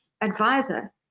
advisor